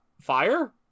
fire